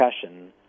discussion